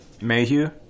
Mayhew